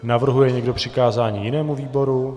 Navrhuje někdo přikázání jinému výboru?